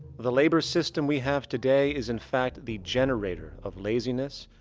the labor system we have today is in fact the generator of laziness,